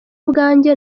ubwanjye